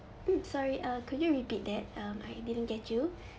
sorry uh could you repeat that um I didn't get you